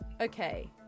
okay